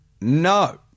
No